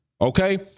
Okay